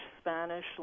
Spanish